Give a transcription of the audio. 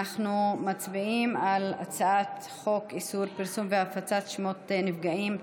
אנחנו מצביעים על הצעת חוק איסור פרסום והפצת שמות נפגעים,